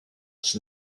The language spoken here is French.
qui